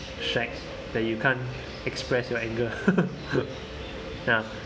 that you can't express your anger ya